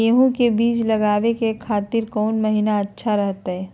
गेहूं के बीज लगावे के खातिर कौन महीना अच्छा रहतय?